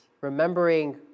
remembering